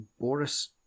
Boris